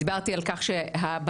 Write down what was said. דיברתי על כך שהבג"צ,